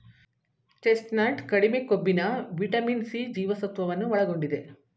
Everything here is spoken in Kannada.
ಚೆಸ್ಟ್ನಟ್ ಕಡಿಮೆ ಕೊಬ್ಬಿನ ವಿಟಮಿನ್ ಸಿ ಜೀವಸತ್ವವನ್ನು ಒಳಗೊಂಡಿದೆ